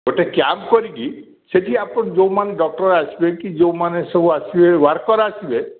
ଗୋଟେ କ୍ୟାମ୍ପ୍ କରିକି ସେଇଠି ଆପଣ ଯେଉଁମାନେ ଡକ୍ଟର୍ ଆସିବେ କି ଯେଉଁମାନେ ସବୁ ଆସିବେ ୱାର୍କର୍ ଆସିବେ